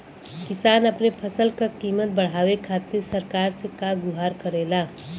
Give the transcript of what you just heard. किसान अपने फसल क कीमत बढ़ावे खातिर सरकार से का गुहार करेला?